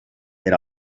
per